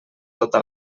tota